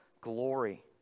glory